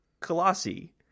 Colossi